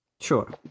Sure